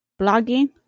blogging